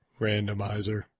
randomizer